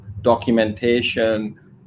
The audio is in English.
documentation